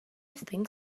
think